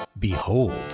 Behold